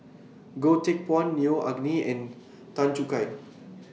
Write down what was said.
Goh Teck Phuan Neo Anngee and Tan Choo Kai